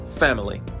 family